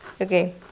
Okay